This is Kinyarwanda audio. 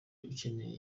ukeneye